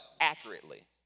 accurately